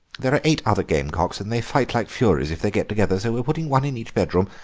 there are eight other gamecocks, and they fight like furies if they get together, so we're putting one in each bedroom.